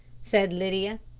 said lydia.